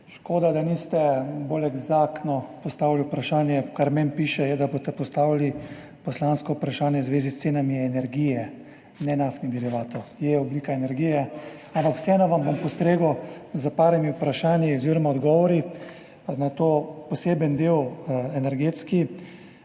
Škoda, da niste bolj eksaktno postavili vprašanja, ker meni piše, da boste postavili poslansko vprašanje v zvezi s cenami energije, ne naftnih derivatov, sicer je oblika energije, ampak vseeno vam bom postregel s par odgovori na to poseben energetski